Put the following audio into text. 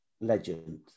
legend